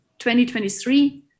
2023